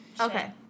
Okay